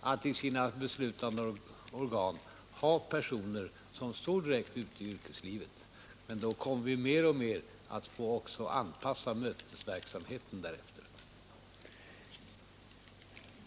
att i sina beslutande organ ha personer som står direkt ute i yrkeslivet. Då kommer vi emellertid också att mer och mer få anpassa mötesverksamheten därefter.